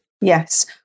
yes